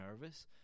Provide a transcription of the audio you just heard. nervous